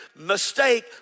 mistake